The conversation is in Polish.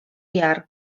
jar